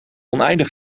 oneindig